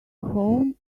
home